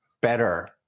better